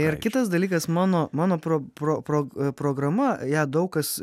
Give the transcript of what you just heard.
ir kitas dalykas mano programa ją daug kas